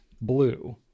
Blue